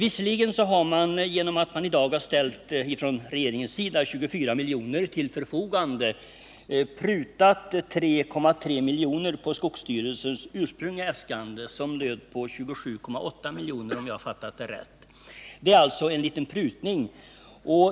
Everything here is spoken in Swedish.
Visserligen har regeringen genom att nu ställa 24 milj.kr. till förfogande prutat 3,3 milj.kr. på skogsvårdsstyrelsens ursprungliga äskande, som löd på 27,8 milj.kr., om jag har fattat det rätt.